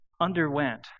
underwent